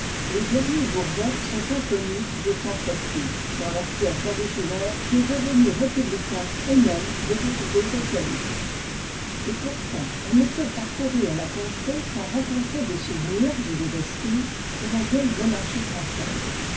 les derniers bourbons sont inconnus et sans prestige dans leur fief originaire qui est devenu républicain et nomme des députés socialistes et pourtant on ne peut parcourir la contrée sans rencontrer des souvenirs ou des vestiges de la vieille monarchie française